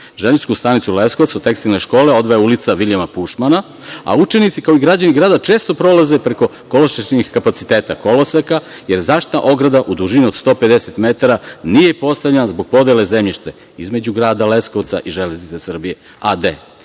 Železničku stanicu Leskovac od Tekstilne škole odvaja ulica Vilijama Pušmana, a učenici, kao i građani grada često prolaze preko kolosečnih kapaciteta koloseka, jer zaštitna ograda u dužini od 150 metara nije postavljena zbog podele zemljišta između grada Leskovca i Železnice Srbije a.d.